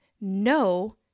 No